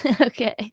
Okay